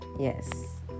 Yes